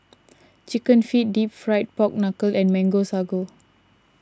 Chicken Feet Deep Fried Pork Knuckle and Mango Sago